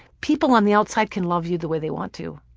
people on the outside can love you the way they want to,